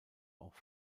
auch